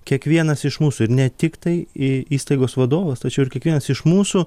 kiekvienas iš mūsų ir ne tiktai į įstaigos vadovas tačiau ir kiekvienas iš mūsų